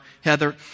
Heather